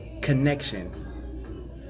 connection